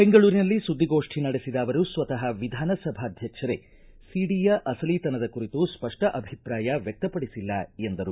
ಬೆಂಗಳೂರಿನಲ್ಲಿ ಸುದ್ದಿಗೋಷ್ಠಿ ನಡೆಸಿದ ಅವರು ಸ್ವತಃ ವಿಧಾನಸಭಾಧ್ಯಕ್ಷರೇ ಸಿಡಿಯ ಅಸಲೀತನದ ಕುರಿತು ಸ್ಪಷ್ಟ ಅಭಿಪ್ರಾಯ ವ್ಯಕ್ತಪಡಿಸಿಲ್ಲ ಎಂದರು